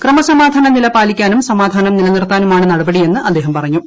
ക്രമസമാധാന നില പാലിക്കാനും സമാധാനം നിലന്റിർത്താനുമാണ് നടപടിയെന്ന് അദ്ദേഹം പറഞ്ഞു